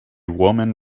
woman